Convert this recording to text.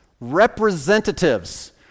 representatives